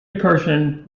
recursion